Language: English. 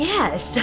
Yes